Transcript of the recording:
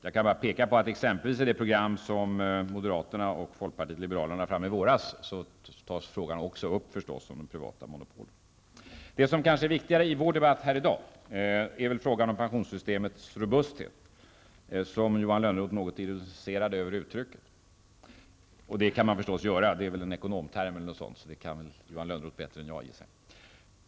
Jag kan bara peka på exempelvis det program som moderaterna och folkpartiet liberalerna lade fram i våras, där, förstås, också frågan om privata monopol tas upp. Det som är viktigare i debatten här i dag är kanske frågan om pensionssystemets robusthet. Johan Lönnroth ironiserade något över detta uttryck, och det kan man förstås göra. Jag tror att det är en ekonomterm. Johan Lönnroth kan nog bättre än jag gissa vad det handlar om.